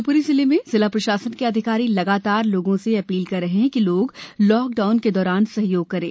शिवपुरी जिले में जिला प्रशासन के अधिकारी लगातार लोगों से यह अपील कर रहे हैं कि लोग लॉक डाउन के दौरान सहयोग करें